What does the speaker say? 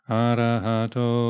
arahato